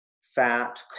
fat